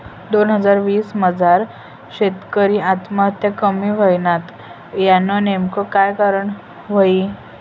दोन हजार वीस मजार शेतकरी आत्महत्या कमी व्हयन्यात, यानं नेमकं काय कारण व्हयी?